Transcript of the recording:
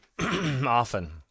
often